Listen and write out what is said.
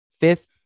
fifth